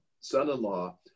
son-in-law